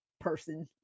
person